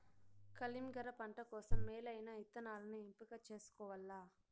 కలింగర పంట కోసం మేలైన ఇత్తనాలను ఎంపిక చేసుకోవల్ల